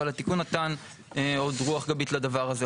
אבל התיקון נתן עוד רוח גבית לדבר הזה.